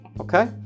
okay